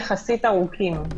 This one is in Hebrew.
יחסית ארוכים.